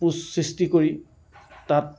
post সৃষ্টি কৰি তাত